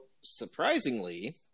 surprisingly